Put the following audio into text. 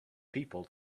people